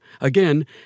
Again